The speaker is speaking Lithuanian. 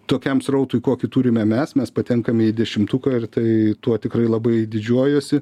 tokiam srautui kokį turime mes mes patenkame į dešimtuką ir tai tuo tikrai labai didžiuojuosi